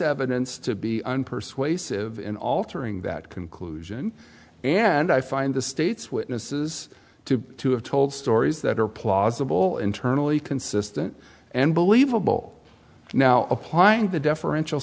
evidence to be unpersuasive in altering that conclusion and i find the state's witnesses to to have told stories that are plausible internally consistent and believable now applying the deferential